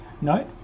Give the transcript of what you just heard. No